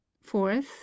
fourth